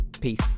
peace